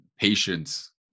Patience